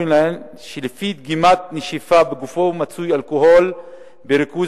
שלפי דגימת נשיפה מצוי בגופו אלכוהול בריכוז